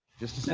just to see,